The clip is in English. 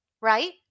right